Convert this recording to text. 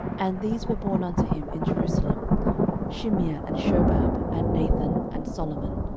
and these were born unto him in jerusalem shimea, and shobab, and nathan, and solomon,